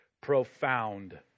profound